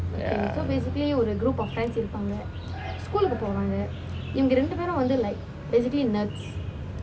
ya